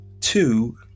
Two